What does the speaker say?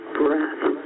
breath